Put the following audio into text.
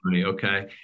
Okay